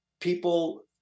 people